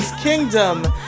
kingdom